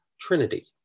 trinity